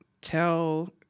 tell